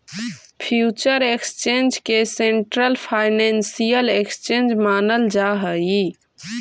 future exchange के central financial exchange मानल जा हइ